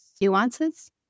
nuances